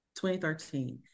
2013